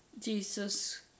jesus